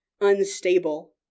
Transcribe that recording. unstable